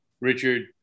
Richard